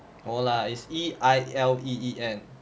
no lah is E I L E E N